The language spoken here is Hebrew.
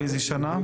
באיזו שנה?